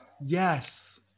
Yes